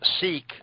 seek